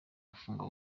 gufungwa